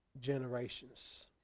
generations